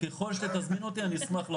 ככול שתזמינו אותי, אני אשמח לבוא.